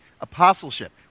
apostleship